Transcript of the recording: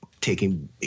taking